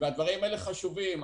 הדברים האלה חשובים.